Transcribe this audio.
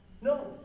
No